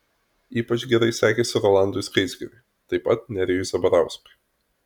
ypač gerai sekėsi rolandui skaisgiriui taip pat nerijui zabarauskui